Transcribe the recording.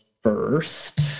first